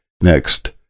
Next